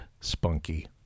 Spunky